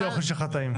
טעים.